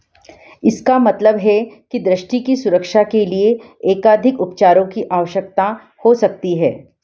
इसका मतलब है कि दृष्टि की सुरक्षा के लिए एकाधिक उपचारों की आवश्यकता हो सकती है